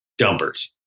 dumpers